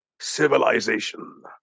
civilization